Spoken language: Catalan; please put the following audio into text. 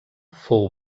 fou